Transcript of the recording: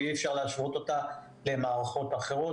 ואי-אפשר להשוות אותה למערכות אחרות.